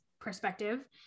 perspective